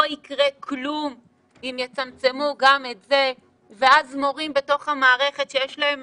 לא יקרה כלום אם יצמצמו גם את זה ואז מורים בתוך המערכת שיש להם